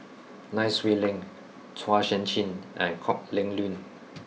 Nai Swee Leng Chua Sian Chin and Kok Heng Leun